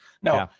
no,